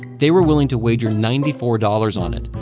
they were willing to wager ninety four dollars on it.